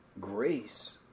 grace